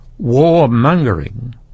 warmongering